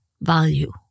value